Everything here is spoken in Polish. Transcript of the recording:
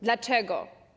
Dlaczego?